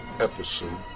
Episode